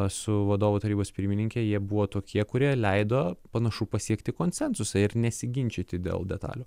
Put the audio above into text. su vadovų tarybos pirmininke jie buvo tokie kurie leido panašu pasiekti konsensusą ir nesiginčyti dėl detalių